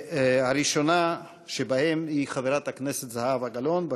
והראשונה שבהם היא חברת הכנסת זהבה גלאון.